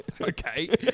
Okay